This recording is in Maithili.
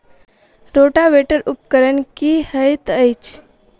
रोटावेटर उपकरण की हएत अछि?